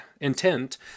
intent